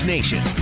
Nation